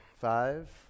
Five